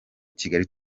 kigali